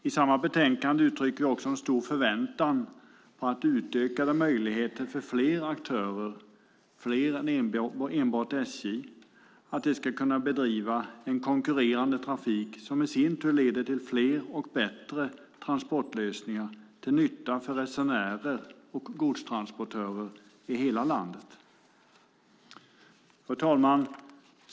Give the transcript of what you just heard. I samma betänkande uttrycker vi också en stor förväntan på utökade möjligheter för fler aktörer än enbart SJ att bedriva konkurrerande trafik, som i sin tur leder till fler och bättre transportlösningar till nytta för resenärer och godstransportörer i hela landet. Fru talman!